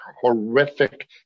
horrific